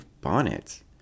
bonnet